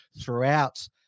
throughout